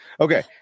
okay